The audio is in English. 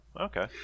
okay